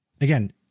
again